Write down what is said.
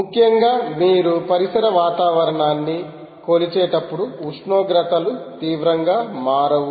ముఖ్యంగా మీరు పరిసర వాతావరణాన్ని కొలిచేటప్పుడు ఉష్ణోగ్రతలు తీవ్రంగా మారవు